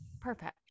Perfect